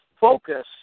focus